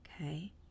Okay